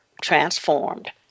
transformed